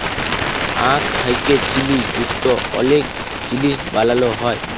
আখ থ্যাকে চিলি যুক্ত অলেক জিলিস বালালো হ্যয়